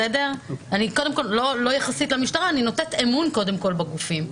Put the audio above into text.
אני קודם כל נותנת אמון בגופים.